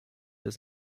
des